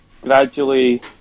gradually